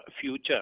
future